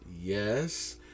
Yes